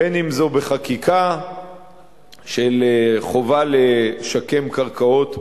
בין אם זה בחקיקה של חובה לשקם קרקעות מזוהמות,